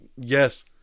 Yes